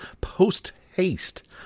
post-haste